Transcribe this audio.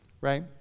right